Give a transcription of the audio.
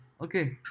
okay